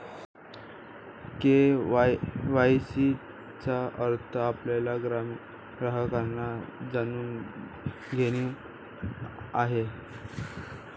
KYC चा अर्थ आपल्या ग्राहकांना जाणून घेणे आहे